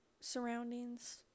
surroundings